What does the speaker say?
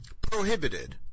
prohibited